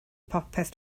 popeth